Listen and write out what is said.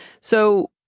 So-